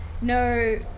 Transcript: no